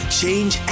change